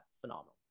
phenomenal